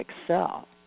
excel